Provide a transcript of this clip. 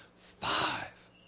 five